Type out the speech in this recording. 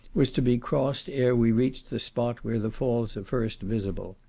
was to be crossed ere we reached the spot where the falls first visible.